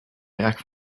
back